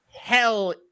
hell